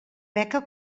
beca